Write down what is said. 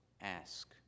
ask